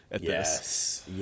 yes